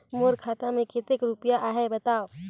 मोर खाता मे कतेक रुपिया आहे बताव?